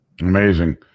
Amazing